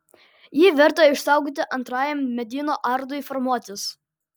jį verta išsaugoti antrajam medyno ardui formuotis